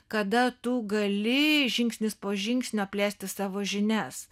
kada tu gali žingsnis po žingsnio plėsti savo žinias